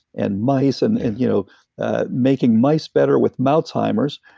and mice, and and you know ah making mice better with mouseheimer's.